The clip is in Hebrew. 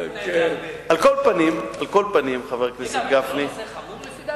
עשית את זה הרבה.